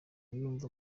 numva